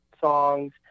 songs